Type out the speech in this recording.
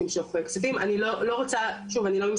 אני לא רוצה להתחייב בשמם או לתת עמדה בשמם,